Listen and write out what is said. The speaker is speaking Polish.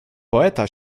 poeta